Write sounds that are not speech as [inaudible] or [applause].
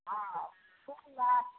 हँ [unintelligible]